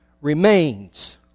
remains